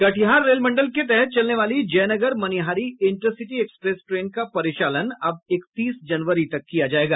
Katihar rail मंडल के तहत चलने वाली Jaynagar Manihari intercity express train का परिचालन अब इकतीस जनवरी तक किया जायेगा